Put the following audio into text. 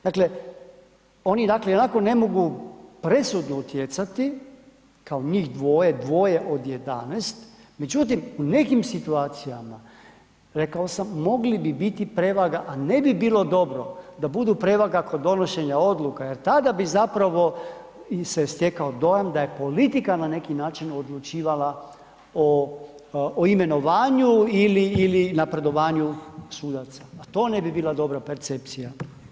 Dakle, oni ionako ne mogu presudno utjecati kao njih dvoje, dvoje od 11, međutim u nekim situacijama, rekao sam, mogli bi biti prevaga, a ne bi bilo dobro da budu prevaga kod donošenja odluka jer tada bi, zapravo se stekao dojam da je politika na neki način odlučivala o imenovanju ili napredovanju sudaca, a to ne bi bila dobra percepcija.